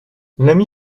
l’ami